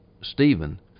Stephen